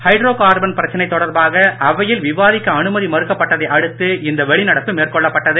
hydrocarbon பிரச்சனை தொடர்பாக அவையில் விவாதிக்க அனுமதி மறுக்கப்பட்டதை அடுத்து இந்த வெளிநடப்பு மேற்கொள்ளப்பட்டது